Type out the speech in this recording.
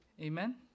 Amen